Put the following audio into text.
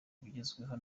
ibigezweho